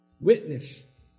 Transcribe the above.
Witness